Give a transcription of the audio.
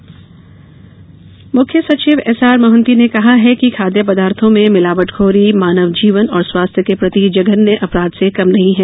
मिलावटखोरी मुख्य सचिव S R Mohanty ने कहा है कि खाद्य पदार्थो में मिलावटखोरी मानव जीवन और स्वास्थ्य के प्रति जघन्य अपराध से कम नहीं है